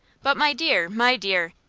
but my dear, my dear!